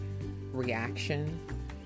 reaction